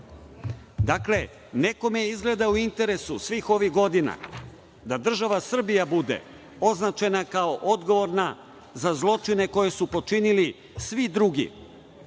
nekome je izgleda u interesu svih ovih godina da država Srbija bude označena kao odgovorna za zločine koje su počinili svi drugi